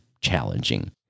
challenging